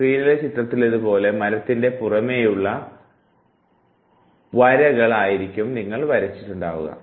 സ്ക്രീനിലെ ചിത്രത്തിലേതുപോലെയുള്ള മരത്തിൻറെ പുറമെയുള്ള വരകൾ ആയിരിക്കും നിങ്ങൾ വരച്ചിട്ടുണ്ടാവുക